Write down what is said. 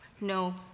No